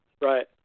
Right